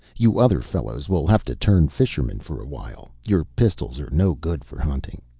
you other fellows will have to turn fishermen for a while. your pistols are no good for hunting.